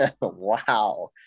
Wow